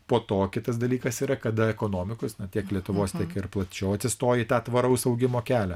po to kitas dalykas yra kada ekonomikos tiek lietuvos tiek ir plačiau atsistoji į tą tvaraus augimo kelią